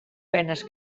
penes